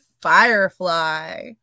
Firefly